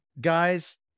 Guys